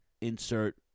insert